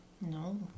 No